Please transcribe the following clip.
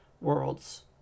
Worlds